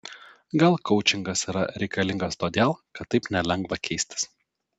gal koučingas yra reikalingas todėl kad taip nelengva keistis